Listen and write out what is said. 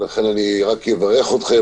אני רק אברך אתכם,